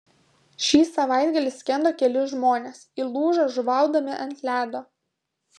šį savaitgalį skendo keli žmonės įlūžo žuvaudami ant ledo